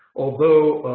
although,